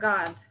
God